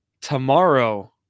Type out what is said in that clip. Tomorrow